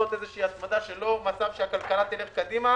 איזושהי הצמדה של יהיה מצב שהכלכלה תלך קדימה